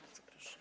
Bardzo proszę.